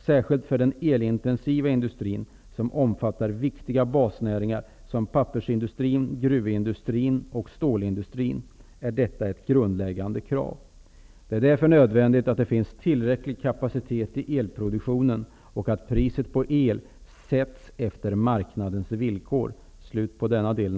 Särskilt för den elintensiva industrin -- som omfattar viktiga basnäringar som pappersindustrin, gruvindustrin och stålindustrin -- är detta ett grundläggande krav. Det är därför nödvändigt att det finns tillräcklig kapacitet i elproduktionen och att priset på el sätts efter marknadens villkor.''